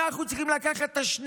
אנחנו צריכים לקחת את 2